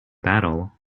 battle